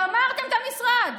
גמרתם את המשרד.